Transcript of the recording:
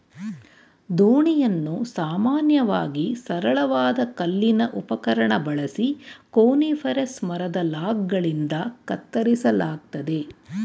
ದೋಣಿಯನ್ನು ಸಾಮಾನ್ಯವಾಗಿ ಸರಳವಾದ ಕಲ್ಲಿನ ಉಪಕರಣ ಬಳಸಿ ಕೋನಿಫೆರಸ್ ಮರದ ಲಾಗ್ಗಳಿಂದ ಕತ್ತರಿಸಲಾಗ್ತದೆ